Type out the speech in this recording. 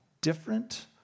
different